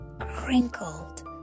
crinkled